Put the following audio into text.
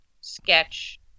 sketch